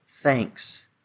thanks